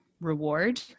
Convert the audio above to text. reward